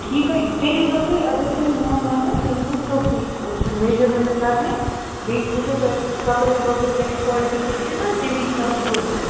ٹھیٖک حظ چھُ تیٚلہِ ییٖزیٛو تُہۍ اگر تُہۍ میٛون مٲنِو تُہۍ یِیو صبحسٕے ٲں میجرمیٚنٛٹ کَرنہِ بیٚیہِ وُچھو تۄہہِ کَپرٕے وَپرٕے کیٛاہ چھِ کوٛالٹی کیٛاہ چھِ تہٕ تَمے حِسابہٕ سُوو تہِ أسۍ